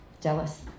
jealous